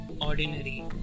ordinary